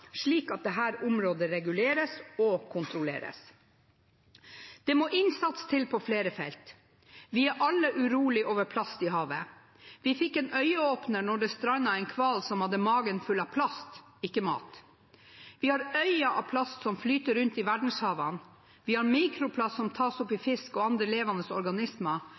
slik at dette området reguleres og kontrolleres. Det må innsats til på flere felt: Vi er alle urolige over plast i havet. Vi fikk en øyeåpner da det strandet en hval som hadde magen full av plast, ikke mat. Vi har øyer av plast som flyter rundt i verdenshavene, vi har mikroplast som tas opp i fisk og andre levende organismer,